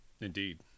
Indeed